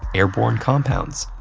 airborne compounds,